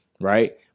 right